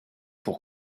pour